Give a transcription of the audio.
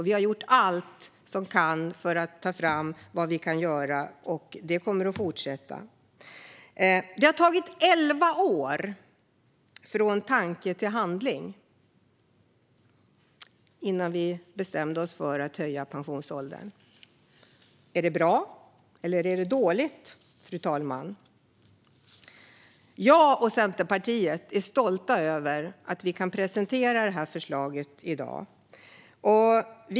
Vi har gjort allt vi kan för att ta fram vad vi kan göra, och detta kommer att fortsätta. Det har tagit elva år från tanke till handling. Den tiden tog det innan vi bestämde oss för att höja pensionsåldern. Är det bra eller dåligt, fru talman? Jag och Centerpartiet är stolta över att vi i dag kan presentera detta förslag.